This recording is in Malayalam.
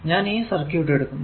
ഞാൻ ഈ സർക്യൂട് എടുക്കുന്നു